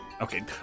Okay